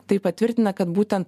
tai patvirtina kad būten